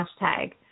hashtag